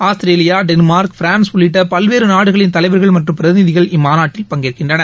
Australia Denmark France உள்ளிட்டபல்வேறுநாடுகளின் தலைவர்கள் மற்றும் பிரதிநிதிகள் இம்மாநாட்டில் பங்கேற்கின்றனர்